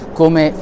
come